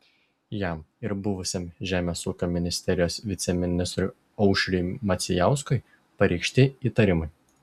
jam ir buvusiam žemės ūkio ministerijos viceministrui aušriui macijauskui pareikšti įtarimai